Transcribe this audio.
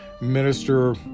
Minister